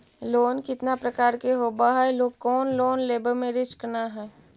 Loan कितना प्रकार के होबा है कोन लोन लेब में रिस्क न है?